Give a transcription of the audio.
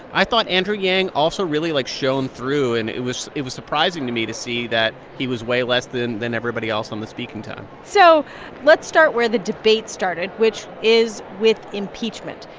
i thought andrew yang also really, like, shone through. and it was it was surprising to me to see that he was way less than than everybody else on the speaking time so let's start where the debate started, which is with impeachment.